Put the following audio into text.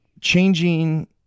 Changing